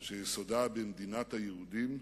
שיסודה במדינת היהודים.